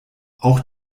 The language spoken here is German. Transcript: auch